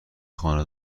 خانه